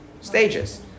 stages